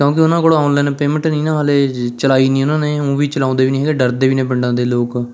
ਕਿਉਂਕਿ ਉਹਨਾਂ ਕੋਲ ਔਨਲਾਈਨ ਪੇਮੈਂਟ ਨਹੀਂ ਨਾ ਹਾਲੇ ਚਲਾਈ ਨਹੀਂ ਉਹਨਾਂ ਨੇ ਉਂਝ ਵੀ ਚਲਾਉਂਦੇ ਵੀ ਨਹੀਂ ਹੈਗੇ ਡਰਦੇ ਵੀ ਨੇ ਪਿੰਡਾਂ ਦੇ ਲੋਕ